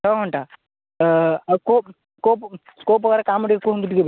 ଛଅ ଘଣ୍ଟା ଆଉ କୋଉ କୋଉ କୋଉ ପ୍ରକାର କାମ ଟିକେ କୁହନ୍ତୁ ଟିକେ